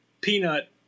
Peanut